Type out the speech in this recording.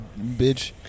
bitch